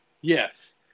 Yes